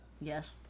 Yes